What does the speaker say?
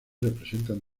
representan